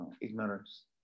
ignorance